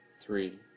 three